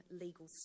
legal